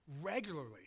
regularly